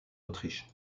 autriche